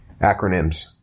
Acronyms